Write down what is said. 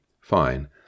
Fine